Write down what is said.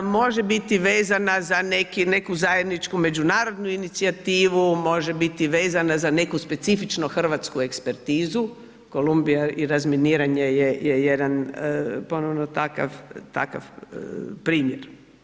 Može biti vezana za neku zajedničku međunarodnu inicijativu, može biti vezana za neku specifično hrvatsku ekspertizu, Kolumbija i razminiranje je jedan ponovno takav primjer.